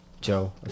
Joe